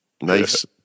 Nice